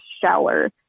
shower